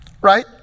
right